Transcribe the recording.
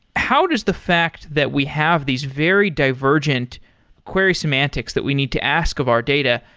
how does the fact that we have these very divergent query semantics that we need to ask of our data?